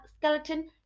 skeleton